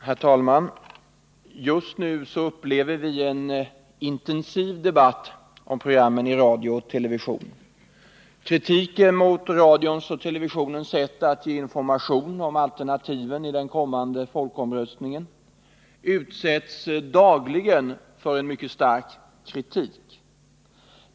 Herr talman! Just nu upplever vi en intensiv debatt om programmen i radio och television. Radions och televisionens sätt att ge information om alternativen i den kommande folkomröstningen utsätts dagligen för en stark kritik.